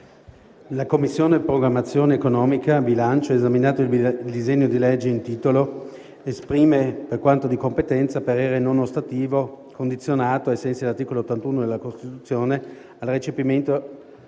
La Commissione programmazione economica, bilancio, esaminato il disegno di legge in titolo, esprime, per quanto di competenza, parere non ostativo condizionato, ai sensi dell'articolo 81 della Costituzione, al recepimento